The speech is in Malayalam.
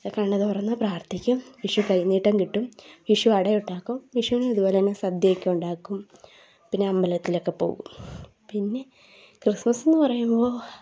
കണ്ണു തുറന്ന് പ്രാർത്ഥിക്കും വിഷുകൈനീട്ടം കിട്ടും വിഷു അടയുണ്ടാക്കും വിഷുവിനിതു പോലെതന്നെ സദ്യയൊക്കെ ഉണ്ടാക്കും പിന്നെ അമ്പലത്തിലൊക്കെ പോകും പിന്നെ ക്രിസ്മസ് എന്നു പറയുമ്പോൾ